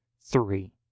Three